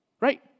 Right